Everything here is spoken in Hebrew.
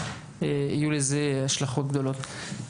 יהיו לזה השלכות גדולות.